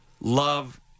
love